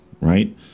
right